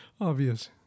obvious